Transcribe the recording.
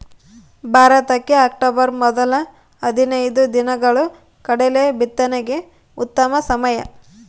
ಭಾರತಕ್ಕೆ ಅಕ್ಟೋಬರ್ ಮೊದಲ ಹದಿನೈದು ದಿನಗಳು ಕಡಲೆ ಬಿತ್ತನೆಗೆ ಉತ್ತಮ ಸಮಯ